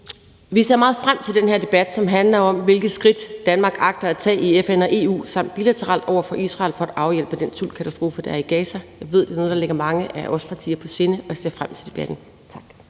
Vi ser meget frem til den her debat, som handler om, hvilke skridt Danmark agter at tage i FN og EU samt bilateralt over for Israel for at afhjælpe den sultkatastrofe, der er i Gaza. Jeg ved, at det er noget, der ligger mange af vores partier på sinde, og jeg ser frem til debatten. Tak.